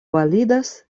validas